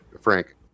Frank